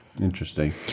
Interesting